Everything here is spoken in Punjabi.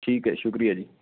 ਠੀਕ ਹੈ ਸ਼ੁਕਰੀਆ ਜੀ